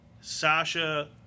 Sasha